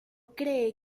cree